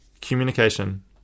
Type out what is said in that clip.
Communication